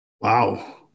Wow